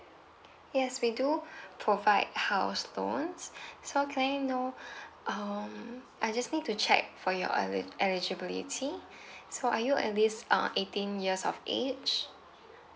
yes we do provide house loans so can I know um I just need to check for your eli~ eligibility so are you at least uh eighteen years of age